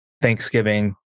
Thanksgiving